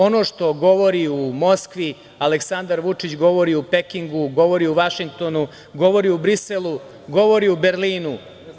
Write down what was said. Ono što govori u Moskvi, Aleksandar Vučić govori u Pekingu, govori u Vašingtonu, govori u Briselu, govori u Berlinu.